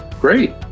Great